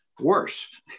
worse